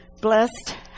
Blessed